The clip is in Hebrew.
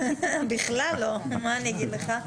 בכלל לא, מה אני אגיד לך?